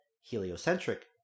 heliocentric